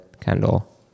Kendall